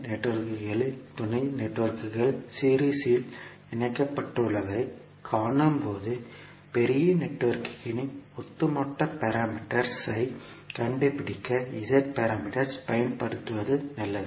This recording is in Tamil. நெட்வொர்க்குகள் துணை நெட்வொர்க்குகள் சீரிஸ் இல் இணைக்கப்பட்டுள்ளதைக் காணும்போது பெரிய நெட்வொர்க்கின் ஒட்டுமொத்த பாராமீட்டர்ஸ் ஐ கண்டுபிடிக்க z பாராமீட்டர்ஸ் ஐ பயன்படுத்துவது நல்லது